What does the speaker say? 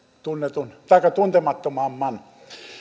tuntemattomamman